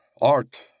art